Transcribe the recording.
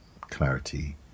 clarity